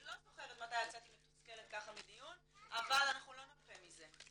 אני לא זוכרת מתי יצאתי מתוסכלת ככה מדיון אבל אנחנו לא נרפה מזה.